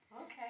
Okay